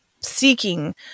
seeking